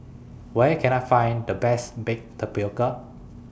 Where Can I Find The Best Baked Tapioca